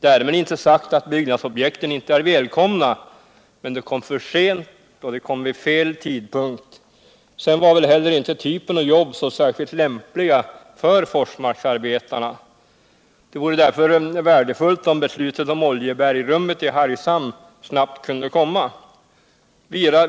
Därmed är inte sagt att byggnadsobjekten inte är välkomna, men de kom för sent och vid fel tidpunkt. Sedan var vält heller inte typen av jobb så särskilt lämpliga för Forsmarksarbetarna. Det vore därför värdefullt om beslutet om oljebergrummet i Hargshamn snabbt kunde komma.